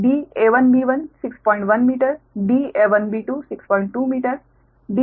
तो da1b1 61 metre da1b2 62 metre da1b3 63 metre आएगा